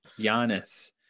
Giannis